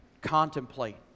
contemplate